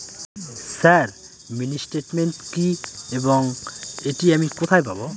Sir mini statement কি এবং এটি আমি কোথায় পাবো?